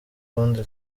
kundi